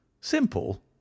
simple